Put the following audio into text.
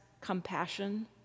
compassion